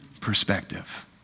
perspective